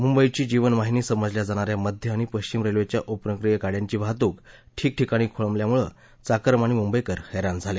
मुंबईची जीवनवाहिनी समजल्या जाणा या मध्य आणि पश्चिम रेल्वेच्या उपनगरी गाड्यांची वाहतूक ठिकाठिकाणी खोळंबल्यामुळं चाकरमानी मुंबईकर हैराण झाले